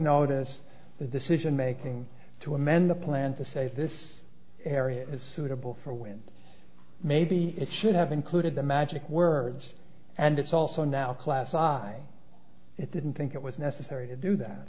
notice the decision making to amend the plan to save this area is suitable for wind maybe it should have included the magic words and it's also now class i didn't think it was necessary to do that